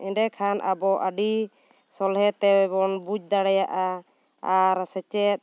ᱮᱸᱰᱮᱠᱷᱟᱱ ᱟᱵᱚ ᱟᱹᱰᱤ ᱥᱚᱞᱦᱮ ᱛᱮᱵᱚᱱ ᱵᱩᱡᱽᱫᱟᱲᱮᱭᱟᱜᱼᱟ ᱟᱨ ᱥᱮᱪᱮᱫ